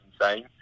insane